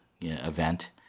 event